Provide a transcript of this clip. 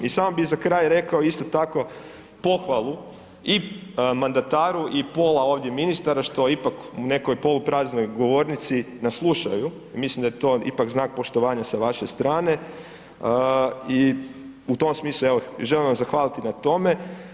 I samo bi za kraj rekao isto tako, pohvalu i mandataru i pola ovdje ministara što ipak u nekoj polupraznoj govornici nas slušaju i mislim da je to ipak znak poštovanja s vaše strane i u tom smislu, evo želim vam zahvaliti na tome.